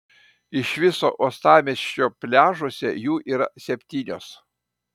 iš viso uostamiesčio pliažuose jų yra septynios